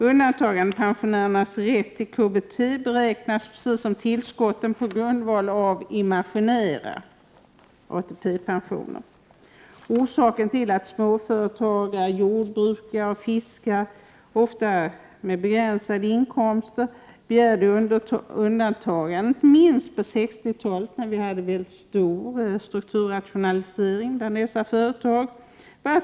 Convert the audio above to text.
Undantagandepensionärernas rätt till KBT beräknas precis som tillskotten på grundval av imaginära ATP-pensioner. Orsaken till att småföretagare, jordbrukare och fiskare — ofta med begränsade inkomster — begärde undantagande var låga inkomster. Jag minns 60-talet med stor strukturomvandling bland dessa företag.